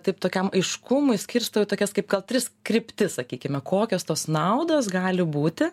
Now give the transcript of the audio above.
taip tokiam aiškumui skirstau į tokias kaip gal tris kryptis sakykime kokios tos naudos gali būti